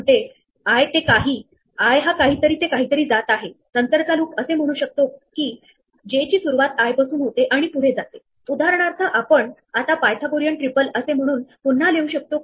म्हणून इथे ax ay पहा आपण क्यू हेड कडून एलिमेंट काढून टाकले आहे आणि आपण एकाच पायरी मध्ये पोहोचू शकणारे हे सर्व स्क्वेअर पाहू शकतो